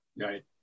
Right